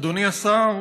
אדוני השר,